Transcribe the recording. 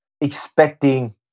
expecting